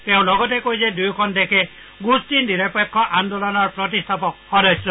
তেওঁ লগতে কয় যে দুয়োখন দেশে গোষ্ঠী নিৰপেক্ষ আন্দোলনৰ প্ৰতিষ্ঠাপক সদস্য